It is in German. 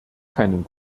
keinen